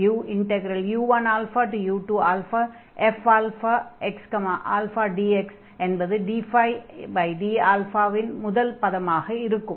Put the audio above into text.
u1u2fxαdx என்பது dd இன் முதல் பதமாக இருக்கும்